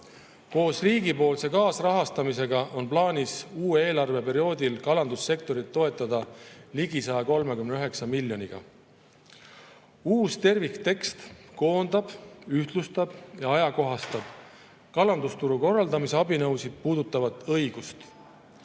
Koos riigipoolse kaasrahastamisega on plaanis uuel eelarveperioodil toetada kalandussektorit kokku ligi 139 miljoniga. Uus terviktekst koondab, ühtlustab ja ajakohastab kalandusturu korraldamise abinõusid puudutavat õigust.